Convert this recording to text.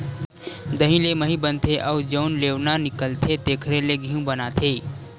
दही ले मही बनथे अउ जउन लेवना निकलथे तेखरे ले घींव बनाथे